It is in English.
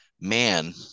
man